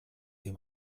dem